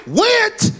went